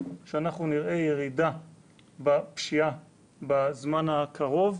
שאנחנו נראה ירידה בפשיעה בזמן הקרוב.